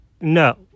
No